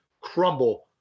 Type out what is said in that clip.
crumble